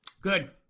Good